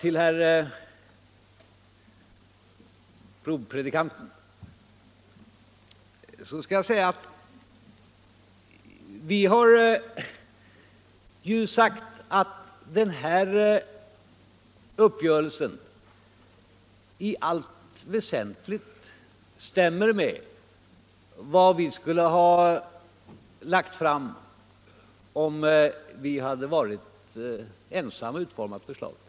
Till herr ”provpredikanten” vill jag säga att vi har framhållit att den träffade uppgörelsen i allt väsentligt överensstämmer med vad vi skulle ha lagt fram om vi hade varit ensamma om att utforma förslaget.